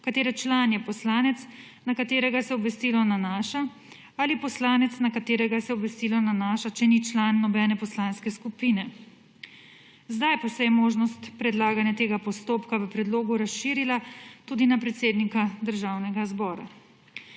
katere član je poslanec, na katerega se obvestilo nanaša, ali poslanec, na katerega se obvestilo nanaša, če ni član nobene poslanske skupine. Sedaj pa se je možnost predlaganja tega postopka v predlogu razširila tudi na predsednika Državnega zbora.